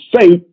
faith